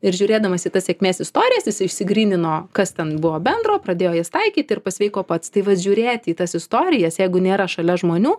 ir žiūrėdamas į tas sėkmės istorijas jisai išsigrynino kas ten buvo bendro pradėjo jas taikyti ir pasveiko pats tai vat žiūrėti į tas istorijas jeigu nėra šalia žmonių